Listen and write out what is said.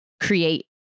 create